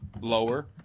lower